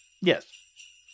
Yes